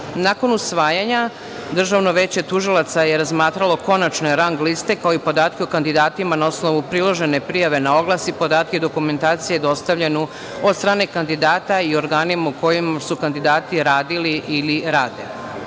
Nakon usvajanja, Državno veće tužilaca je razmatralo konačne rang liste, kao i podatke o kandidatima na osnovu priložene prijave na oglas i podatke dokumentacije dostavljenu od strane kandidata i organima u kojima su kandidati radili ili